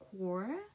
core